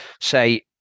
say